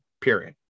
period